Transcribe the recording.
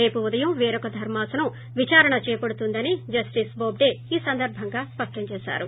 రేపు ఉదయం పేరొక ధర్కాసనం విదారణ చేపడుతుందని జస్టిస్ బోబ్డే ఈ సందర్బంగా స్పష్టం చేశారు